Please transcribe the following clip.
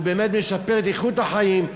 והוא באמת משפר את איכות החיים,